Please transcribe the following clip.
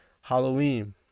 Halloween